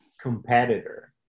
competitor